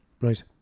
Right